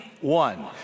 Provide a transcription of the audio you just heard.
One